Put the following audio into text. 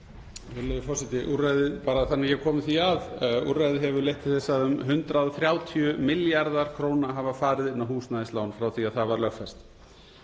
úrræðið leitt til þess að um 130 milljarðar kr. hafa farið inn á húsnæðislán frá því að það var lögfest.